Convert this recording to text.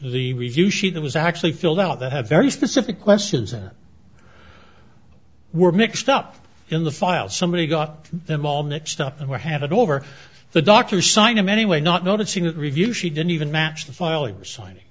that was actually filled out that had very specific questions that were mixed up in the file somebody got them all mixed up and were handed over to the doctor signed him anyway not noticing that review she didn't even match the filing signing